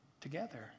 together